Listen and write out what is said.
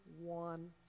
one